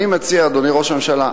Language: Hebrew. אדוני ראש הממשלה,